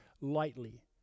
lightly